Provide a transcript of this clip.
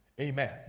Amen